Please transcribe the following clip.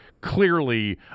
clearly